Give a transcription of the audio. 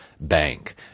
Bank